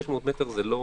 500 מטר זה לא